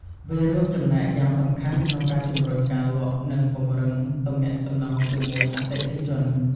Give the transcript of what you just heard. វារួមចំណែកយ៉ាងសំខាន់ក្នុងការជំរុញការលក់ និងពង្រឹងទំនាក់ទំនងជាមួយអតិថិជន។